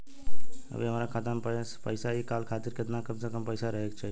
अभीहमरा खाता मे से पैसा इ कॉल खातिर केतना कम से कम पैसा रहे के चाही?